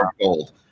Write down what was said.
gold